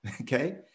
Okay